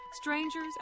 strangers